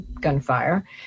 gunfire